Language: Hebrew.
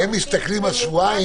הם מסתכלים על שבועיים,